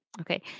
Okay